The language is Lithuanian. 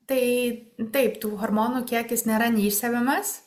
tai taip tų hormonų kiekis nėra neišsemiamas